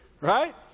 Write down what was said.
Right